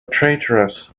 traitorous